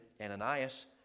Ananias